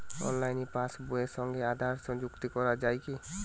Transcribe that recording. অনলাইনে পাশ বইয়ের সঙ্গে আধার সংযুক্তি করা যায় কি?